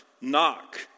knock